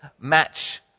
match